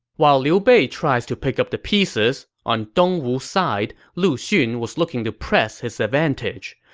while liu bei tries to pick up the pieces, on dongwu's side, lu xun was looking to press his advantage.